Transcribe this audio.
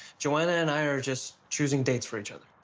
joanna and i are just choosing dates for each other.